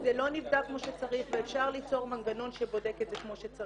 --- זה לא נבדק כמו שצריך ואפשר ליצור מנגנון שבודק את זה כמו שצריך.